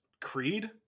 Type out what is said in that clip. creed